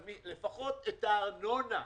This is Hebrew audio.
אבל לפחות את הארנונה.